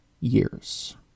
years